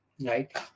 right